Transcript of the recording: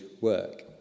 work